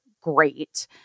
great